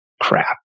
crap